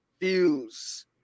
views